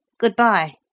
goodbye